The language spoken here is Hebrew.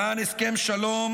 למען הסכם שלום,